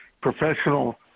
professional